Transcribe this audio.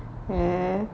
ya